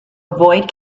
avoid